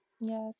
yes